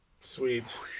Sweet